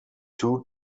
two